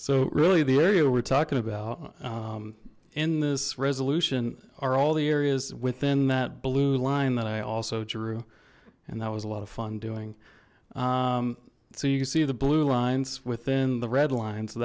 so really the area we're talking about in this resolution are all the areas within that blue line that i also drew and that was a lot of fun doing so you can see the blue lines within the red line so